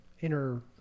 inner